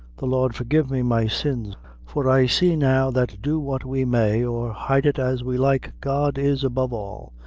the lord forgive me my sins for i see now that do what we may, or hide it as we like, god is above all!